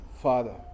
Father